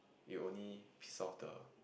you only pissed off the